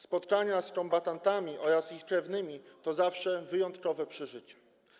Spotkania z kombatantami oraz ich krewnymi to zawsze wyjątkowe przeżycie.